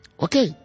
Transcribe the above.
Okay